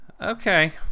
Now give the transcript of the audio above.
Okay